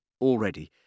Already